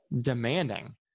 demanding